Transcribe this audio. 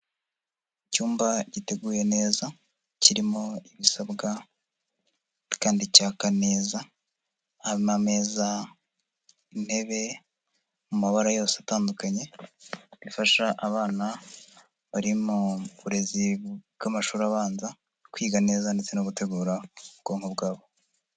Icyumba giteguye neza, kirimo ibisabwa kandi cyaka neza, harimo: ameza, intebe mu mabara yose atandukanye, bifasha abana bari mu burezi bw'amashuri abanza kwiga neza ndetse no gutegura ubwonko bwabo.